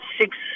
six